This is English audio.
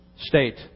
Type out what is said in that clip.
state